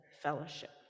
fellowship